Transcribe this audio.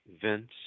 Vince